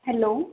hello